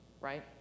right